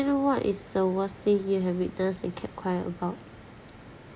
you know what is the worst thing you have witnessed and kept quiet about